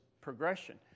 progression